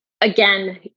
again